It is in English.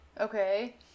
Okay